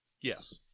Yes